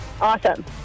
Awesome